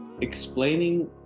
explaining